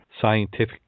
scientific